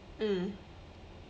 mm